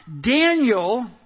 Daniel